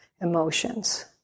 emotions